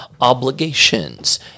obligations